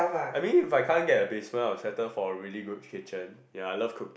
I mean if I can't get a basement I will settle for really good kitchen ya I love cook